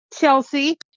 Chelsea